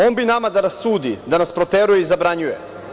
On bi nama da sudi, da nas proteruje i zabranjuje.